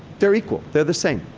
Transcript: they're equal. they're the same.